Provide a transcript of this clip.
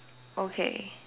okay